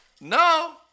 no